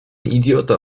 idiota